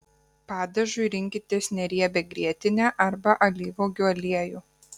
padažui rinkitės neriebią grietinę arba alyvuogių aliejų